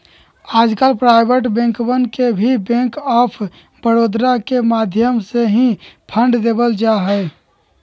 आजकल प्राइवेट बैंकवन के भी बैंक आफ बडौदा के माध्यम से ही फंड देवल जाहई